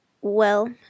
Well